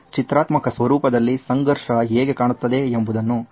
ಚಿತ್ರಾತ್ಮಕ ಸ್ವರೂಪದಲ್ಲಿ ಸಂಘರ್ಷ ಹೇಗೆ ಕಾಣುತ್ತದೆ ಎಂಬುದನ್ನು ನೋಡೋಣ